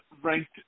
ranked